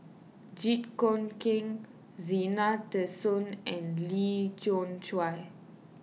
Jit Koon Ch'ng Zena Tessensohn and Lee Khoon Choy